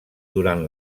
durant